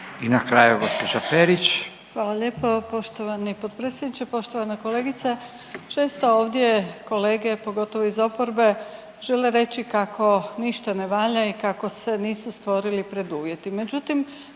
I na kraju gđa. Perić.